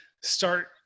start